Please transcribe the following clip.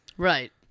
Right